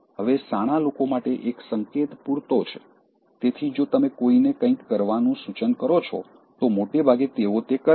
હવે શાણા લોકો માટે એક સંકેત પૂરતો છે તેથી જો તમે કોઈને કંઈક કરવાનું સૂચન કરો છો તો મોટાભાગે તેઓ તે કરે છે